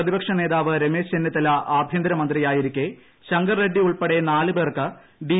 പ്രതിപക്ഷ നേതാവ് രമേശ് ചെന്നിത്തല ആഭ്യന്തര മന്ത്രിയായിരിക്കെ ശങ്കർ റെഡ്ഡി ഉൾപ്പെടെ നാലുപേർക്ക് ഡി